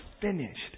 finished